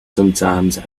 sometimes